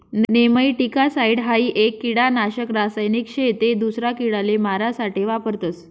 nematicide हाई एक किडानाशक रासायनिक शे ते दूसरा किडाले मारा साठे वापरतस